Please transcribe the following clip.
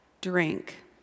drink